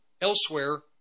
elsewhere